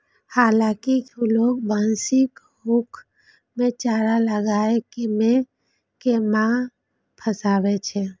हालांकि किछु लोग बंशीक हुक मे चारा लगाय कें माछ फंसाबै छै